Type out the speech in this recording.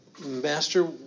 Master